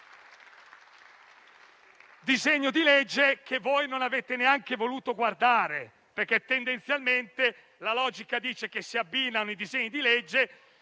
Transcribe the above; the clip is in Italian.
disegno di legge non lo avete neanche voluto guardare, perché tendenzialmente la logica dice che si abbinano i disegni di legge,